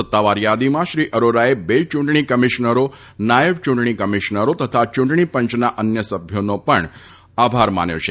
સત્તાવાર થાદીમાં શ્રી અરોરાએ બે ચૂંટણી કમિશનરો નાથબ ચૂંટણી કમિશનરો તથા ચૂંટણી પંચના અન્ય સભ્યોનો પણ આભાર માન્યો છે